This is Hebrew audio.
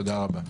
תודה.